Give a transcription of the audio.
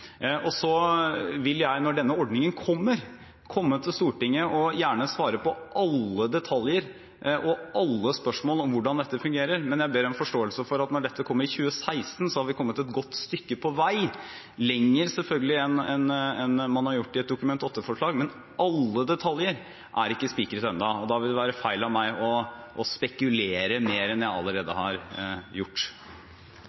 utdanningen. Så vil jeg når denne ordningen kommer, komme til Stortinget og gjerne svare på alle detaljer og alle spørsmål om hvordan dette fungerer, men jeg ber om forståelse for at når dette kommer i 2016, har vi kommet et godt stykke lenger på vei, selvfølgelig, enn man har gjort i forbindelse med et Dokument 8-forslag. Men alle detaljer er ikke spikret ennå, og da vil det være feil av meg å spekulere mer enn jeg allerede har gjort.